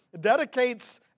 dedicates